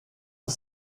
aux